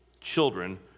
children